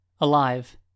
Alive